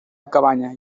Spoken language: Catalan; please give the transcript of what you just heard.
cabanya